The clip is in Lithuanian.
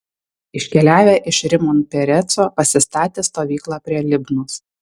iškeliavę iš rimon pereco pasistatė stovyklą prie libnos